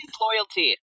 loyalty